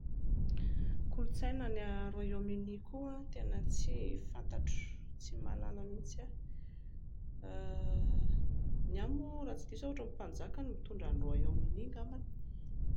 Kolotsaina any Royaume-Uni koa tena tsy fantatro, tsy mahalala mihintsy aho, ny any moa raha tsy diso aho ohatran'ny mpanjaka no mitondra any Royaume-Uni angambany